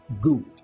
Good